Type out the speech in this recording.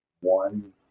one